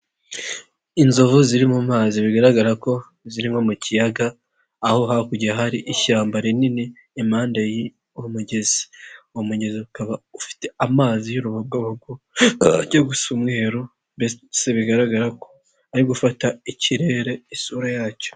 Inzovu ziri mu mazi bigaragara ko ziri nko mu kiyaga, aho hakurya hari ishyamba rinini impande y'uwo mugezi, uwo mugezi ukaba ufite amazi y'urubogobogo, ajya gusa umweru mbese bigaragara ko ari gufata ikirere isura yacyo